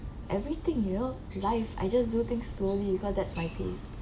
everything you know in life I just do things slowly because that's my pace